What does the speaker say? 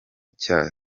cya